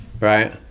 right